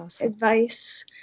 advice